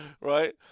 right